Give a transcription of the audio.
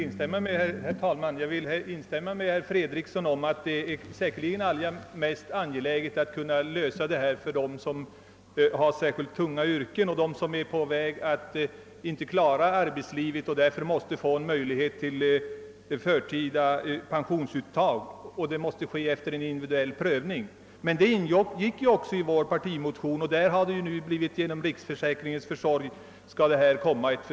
Herr talman! Jag vill instämma med herr Fredriksson att det säkerligen är allra mest angeläget att lösa frågan om sänkt pensionsålder för dem som har särskilt tunga yrken och för dem som är på väg att inte kunna klara arbetet och därför måste få en möjlighet till förtida pensionsuttag efter. en individuell prövning. Beträffande den senare saken, som ju också ingår i vår partimotion, skall det genom riksförsäkringsverkets försorg göras en utredning, och .